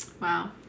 Wow